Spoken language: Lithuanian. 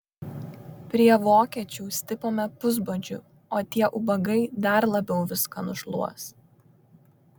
prie vokiečių stipome pusbadžiu o tie ubagai dar labiau viską nušluos